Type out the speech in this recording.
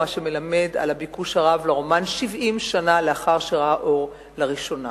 מה שמלמד על הביקוש הרב לרומן 70 שנה לאחר שראה אור לראשונה.